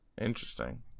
interesting